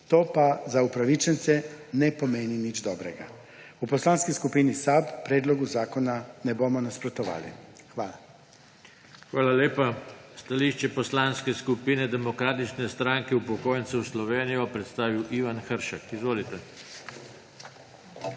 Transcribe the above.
To pa za upravičence ne pomeni nič dobrega. V Poslanski skupini SAB predlogu zakona ne bomo nasprotovali. Hvala. PODPREDSEDNIK JOŽE TANKO: Hvala lepa. Stališče Poslanske skupine Demokratične stranke upokojencev Slovenije bo predstavil Ivan Hršak. Izvolite.